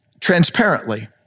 transparently